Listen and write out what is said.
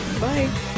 bye